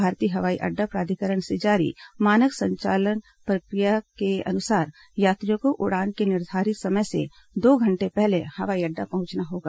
भारतीय हवाई अड्डा प्राधिकरण से जारी मानक संचालन प्रक्रिया के अनुसार यात्रियों को उड़ान के निर्धारित समय से दो घंटे पहले हवाई अड्डा पहुंचना होगा